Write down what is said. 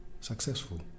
successful